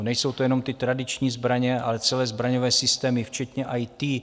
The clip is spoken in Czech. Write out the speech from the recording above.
Nejsou to jenom tradiční zbraně, ale celé zbraňové systémy včetně IT.